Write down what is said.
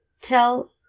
Tell